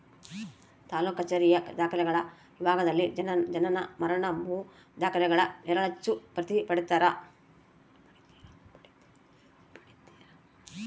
ತಾಲೂಕು ಕಛೇರಿಯ ದಾಖಲೆಗಳ ವಿಭಾಗದಲ್ಲಿ ಜನನ ಮರಣ ಭೂ ದಾಖಲೆಗಳ ನೆರಳಚ್ಚು ಪ್ರತಿ ಪಡೀತರ